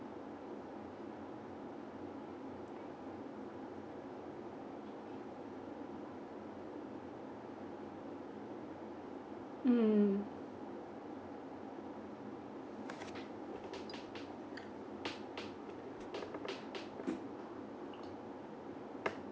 mm